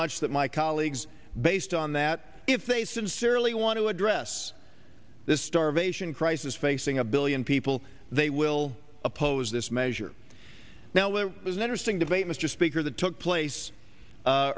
much that my colleagues based on that if they sincerely want to address this starvation crisis facing a billion people they will oppose this measure now it was an interesting debate mr speaker that took place